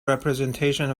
representation